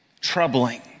troubling